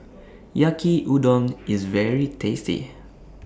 Yaki Udon IS very tasty